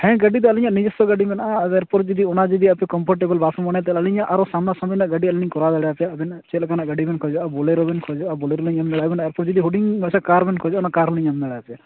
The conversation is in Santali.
ᱦᱮᱸ ᱜᱟᱹᱰᱤ ᱫᱚ ᱟᱹᱞᱤᱧᱟᱜ ᱱᱤᱡᱚᱥᱥᱚ ᱜᱟᱹᱰᱤ ᱢᱮᱱᱟᱜᱼᱟ ᱮᱨᱯᱚᱨ ᱡᱩᱫᱤ ᱚᱱᱟ ᱡᱩᱫᱤ ᱟᱯᱮ ᱠᱚᱢᱯᱷᱚᱴᱮᱵᱚᱞ ᱵᱟᱯᱮ ᱢᱚᱱᱮᱭᱟ ᱟᱹᱞᱤᱧᱟᱜ ᱟᱨᱚ ᱥᱟᱢᱱᱟ ᱥᱟᱹᱢᱱᱤ ᱨᱮᱱᱟᱜ ᱜᱟᱹᱰᱤ ᱟᱹᱞᱤᱧ ᱞᱤᱧ ᱠᱯᱚᱨᱟᱣ ᱫᱟᱲᱮᱣᱟᱯᱮᱭᱟ ᱟᱵᱮᱱᱟᱜ ᱪᱮᱫ ᱞᱮᱠᱟᱱᱟᱜ ᱜᱟᱹᱰᱤ ᱵᱮᱱ ᱠᱷᱚᱡᱚᱜᱼᱟ ᱵᱚᱞᱮᱨᱳ ᱵᱮᱱ ᱠᱷᱚᱡᱚᱜᱼᱟ ᱵᱳᱞᱮᱨᱳ ᱞᱤᱧ ᱮᱢ ᱫᱟᱲᱮᱣ ᱵᱮᱱᱟ ᱮᱨᱯᱚᱨ ᱡᱩᱫᱤ ᱦᱩᱰᱤᱧ ᱢᱟᱪᱷᱟ ᱠᱟᱨ ᱵᱮᱱ ᱠᱷᱚᱡᱚᱜᱼᱟ ᱚᱱᱟ ᱠᱟᱨ ᱦᱚᱞᱤᱧ ᱮᱢ ᱫᱟᱲᱮᱣ ᱯᱮᱭᱟ